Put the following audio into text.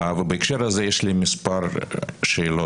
בהקשר הזה יש לי מספר שאלות.